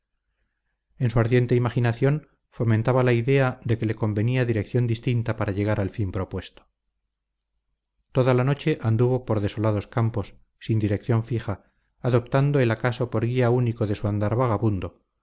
su ardiente imaginación fomentaba la idea de que le convenía dirección distinta para llegar al fin propuesto toda la noche anduvo por desolados campos sin dirección fija adoptando el acaso por guía único de su andar vagabundo